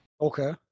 Okay